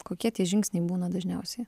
kokie tie žingsniai būna dažniausiai